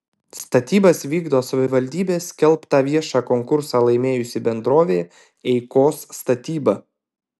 statybas vykdo savivaldybės skelbtą viešą konkursą laimėjusi bendrovė eikos statyba